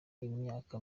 imyaka